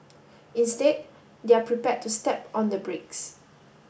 instead they're prepared to step on the brakes